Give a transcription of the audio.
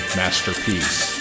masterpiece